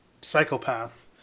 psychopath